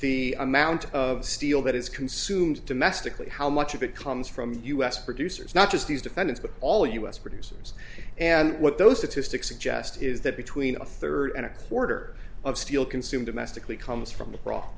the amount of steel that is consumed domestically how much of it comes from u s producers not just these defendants but all u s producers and what those statistics suggest is that between a third and a quarter of steel consumed domestically comes from